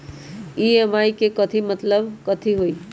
EMI के मतलब कथी होई?